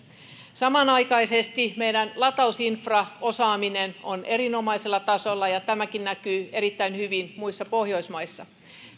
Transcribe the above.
samanaikaisesti meidän latausinfraosaamisemme on erinomaisella tasolla ja tämäkin näkyy erittäin hyvin muissa pohjoismaissa